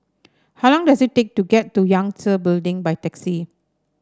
how long does it take to get to Yangtze Building by taxi